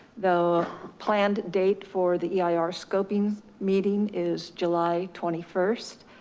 the planned date for the eir scoping meeting is july twenty first.